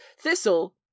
Thistle